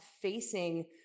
facing